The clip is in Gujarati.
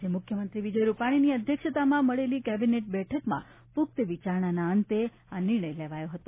આજે મુખ્યમંત્રી વિજય રૂપાણીની અધ્યક્ષતામાં મળેલી કેબિનેટ બેઠકમાં પુષ્ન વિચારણાના અંતે આ નિર્ણય લેવાયો હતો